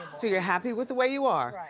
so you're happy with the way you are,